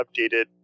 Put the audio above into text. updated